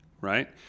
right